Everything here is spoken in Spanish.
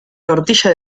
tortilla